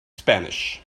spanish